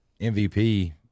MVP